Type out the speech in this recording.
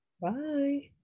bye